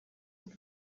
ngo